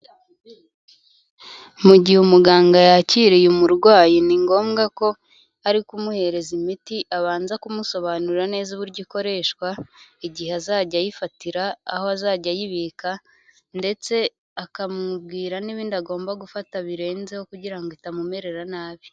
Mu gihe umuganga yakiriye murwayi ni ngombwa ko ari kumuhereza imiti abanza kumusobanurira neza uburyo ikoreshwa, igihe azajya ayifatira, aho azajya ayibika ndetse akamubwira n'ibindi agomba gufata birenzeho kugira ngo itamumerera nabi.